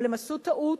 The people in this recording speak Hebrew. אבל הם עשו טעות,